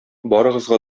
барыгызга